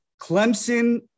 Clemson